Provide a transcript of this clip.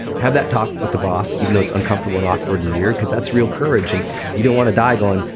have that talk with the boss, even though it's uncomfortable and awkward and weird because that's real courage and you don't want to die going,